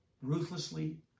Ruthlessly